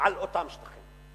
על אותם שטחים".